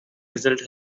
result